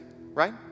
right